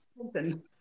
open